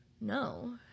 No